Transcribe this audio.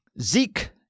Zeke